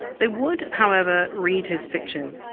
they would, however, read his fiction.